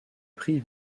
prix